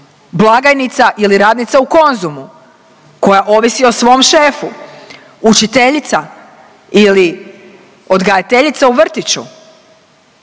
blagajnica ili radnica u Konzumu koja ovisi o svom šefu, učiteljica ili odgajateljica u vrtiću